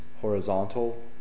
horizontal